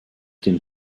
den